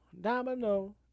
Domino